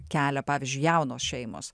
kelia pavyzdžiui jaunos šeimos